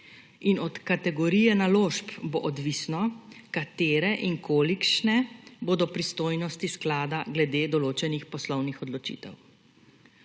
Od kategorije naložb bo odvisno, katere in kolikšne bodo pristojnosti sklada glede določenih poslovnih odločitev.